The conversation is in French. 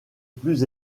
plus